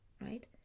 right